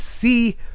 see